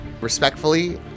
respectfully